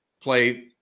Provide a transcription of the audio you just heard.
play